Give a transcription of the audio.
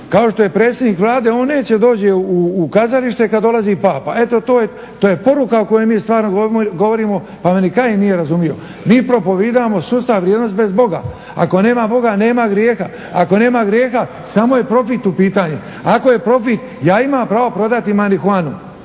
kao što je predsjednik Vlade. On neće da dođe u kazalište kad dolazi Papa, eto to je poruka o kojoj mi stvarno govorimo, pa me ni Kajin nije razumio. Mi propovijedamo sustav vrijednosti bez Boga. Ako nema Boga nema grijeha, ako nema grijeha samo je profit u pitanju, ako je profit, ja imam pravo prodati marihuanu